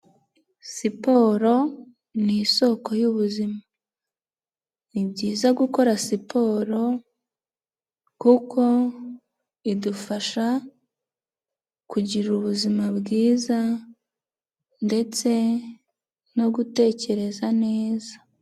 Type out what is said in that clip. Siporo ni isoko y'ubuzima. Ni byiza gukora siporo kuko idufasha kugira ubuzima bwiza ndetse no gutekereza neza.